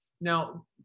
Now